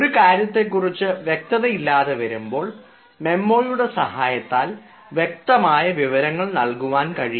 ഒരു കാര്യത്തെ കുറിച്ച് വ്യക്തതയില്ലാതെ വരുമ്പോൾ മെമ്മോയുടെ സഹായത്താൽ വ്യക്തമായ വിവരങ്ങൾ നൽകുവാൻ കഴിയും